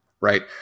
right